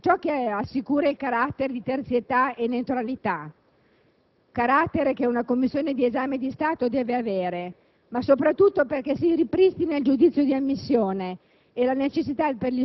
da una maggioranza di docenti esterni, il che assicura il carattere di terzietà e neutralità, che una commissione di esame di Stato deve avere,